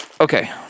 okay